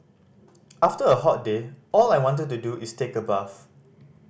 after a hot day all I want to do is take a bath